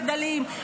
מחדלים,